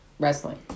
wrestling